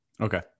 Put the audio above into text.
okay